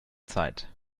zeit